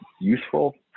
useful